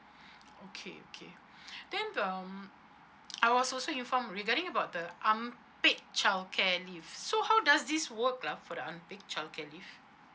okay okay then um I was also informed regarding about the unpaid childcare leave so how does this work ah for the unpaid childcare leave